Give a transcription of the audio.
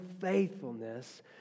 faithfulness